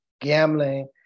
gambling